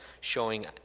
showing